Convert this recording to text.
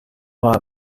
war